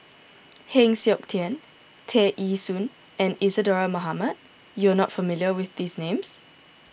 Heng Siok Tian Tear Ee Soon and Isadhora Mohamed you are not familiar with these names